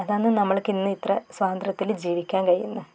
അതാണ് നമ്മൾക്കിന്ന് ഇത്ര സ്വാതന്ത്ര്യത്തിൽ ജീവിക്കാൻ കഴിയുന്നത്